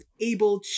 able